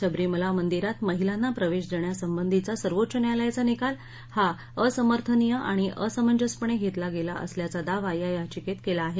सबरीमाला मंदिरात महिलांना प्रवेश देण्यासंबंधीचा सर्वोच्च न्यायालयाचा निकाल हा असमर्थनीय आणि असमंजपणे घेतला गेला असल्याचा दावा या याचिकेत केला आहे